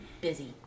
Busy